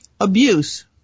Abuse